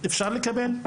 אפשר לקבל?